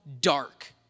dark